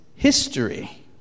History